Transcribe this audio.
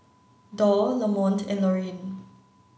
doll Lamont and Laureen